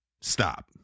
stop